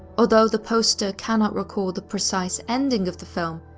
although the poster cannot recall the precise ending of the film,